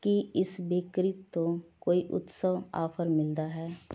ਕੀ ਇਸ ਬੇਕਰੀ ਤੋਂ ਕੋਈ ਉਤਸਵ ਆਫ਼ਰ ਮਿਲਦਾ ਹੈ